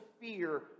fear